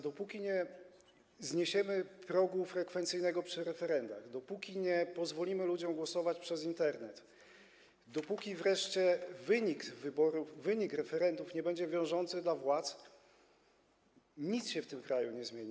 Dopóki nie zniesiemy progu frekwencyjnego w referendach, dopóki nie pozwolimy ludziom głosować przez Internet, dopóki wreszcie wyniki referendów nie będą wiążące dla władz, nic się w tym kraju nie zmieni.